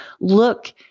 look